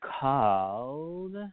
called